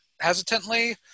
hesitantly